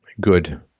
good